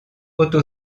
auto